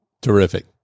Terrific